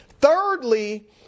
Thirdly